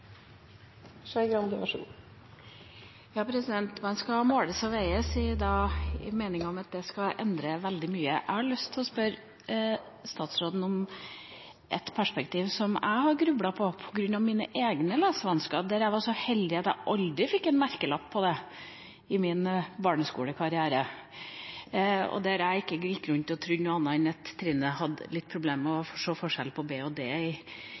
at det skal endre veldig mye. Jeg har lyst til å spørre statsråden om et perspektiv som jeg har grublet på, på grunn av mine egne lesevansker. Jeg var så heldig at jeg aldri fikk en merkelapp på det i min barneskolekarriere, og jeg gikk ikke rundt og trodde noe annet enn at Trine hadde litt problemer med å se forskjellen på b og d i